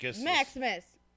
Maximus